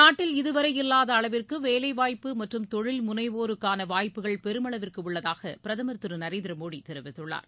நாட்டில் இதுவரை இல்லாத அளவிற்கு வேலைவாய்ப்பு மற்றும் தொழில் முனைவோருக்கான வாய்ப்புகள் பெருமளவிற்கு உள்ளதாக பிரகமர் திரு நரேந்திர மோடி தெரிவித்துள்ளார்